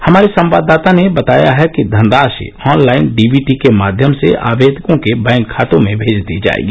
हमारे संवाददाता ने बताया है कि धनराशि ऑनलाइन डीबीटी के माध्यम से आयेदकों के बैंक खातों में भेज दी जाएगी